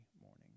morning